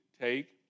take